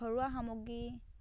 ঘৰুৱা সামগ্ৰী